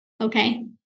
okay